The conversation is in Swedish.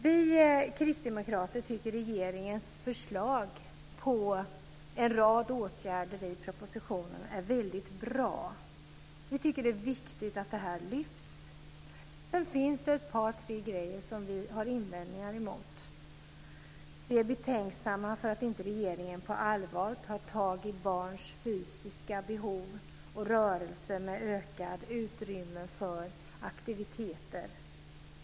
Vi kristdemokrater tycker att regeringens förslag till en rad åtgärder i propositionen är väldigt bra. Vi tycker att det är viktigt att de lyfts fram. Men sedan finns det ett par tre grejer som vi har invändningar emot. Vi är betänksamma över att regeringen inte på allvar tar tag i barns fysiska behov av rörelse och ett ökat utrymme för aktiviteter.